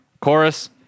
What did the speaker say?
chorus